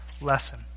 lesson